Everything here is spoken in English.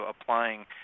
applying